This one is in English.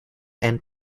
and